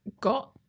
got